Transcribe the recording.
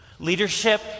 Leadership